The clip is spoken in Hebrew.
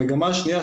המגמה השנייה,